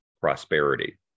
prosperity